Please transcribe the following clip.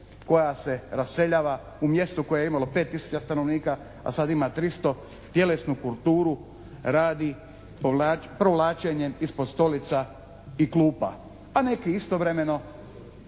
koja se raseljava, u mjestu koje je imalo 5 tisuća stanovnika a sad ima 300, tjelesnu kulturu radi provlačenjem ispod stolica i klupa. A neki istovremeno